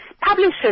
Publishers